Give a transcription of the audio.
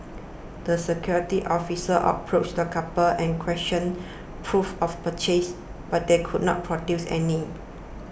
the security officer approached the couple and requested proof of purchase but they could not produce any